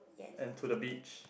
and to the beach